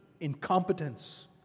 incompetence